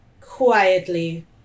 quietly